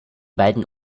beiden